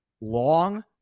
long